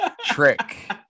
Trick